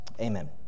Amen